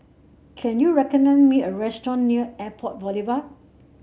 can you recommend me a restaurant near Airport Boulevard